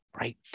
right